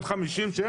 עוד 50?